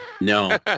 No